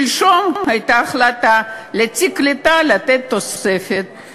שלשום הייתה החלטה לתת תוספת לתיק הקליטה,